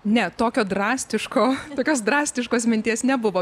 ne tokio drastiško tokios drastiškos minties nebuvo